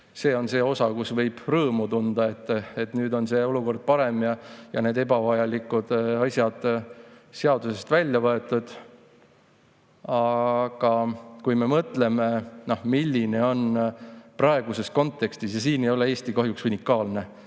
see on see osa, mille pärast võib rõõmu tunda, et nüüd on olukord parem ja ebavajalikud asjad on seadusest välja võetud. Aga kui me mõtleme, milline on praeguses kontekstis – ja siin ei ole Eesti kahjuks unikaalne